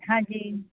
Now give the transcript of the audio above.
ਹਾਂਜੀ